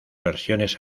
versiones